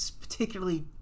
particularly